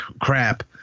crap